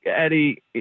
Eddie